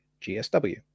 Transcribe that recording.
GSW